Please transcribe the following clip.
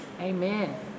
Amen